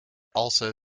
also